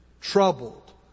troubled